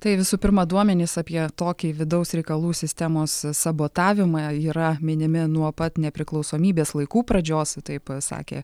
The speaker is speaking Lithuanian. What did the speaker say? tai visų pirma duomenys apie tokį vidaus reikalų sistemos sabotavimą yra minimi nuo pat nepriklausomybės laikų pradžios taip sakė